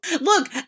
Look